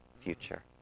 future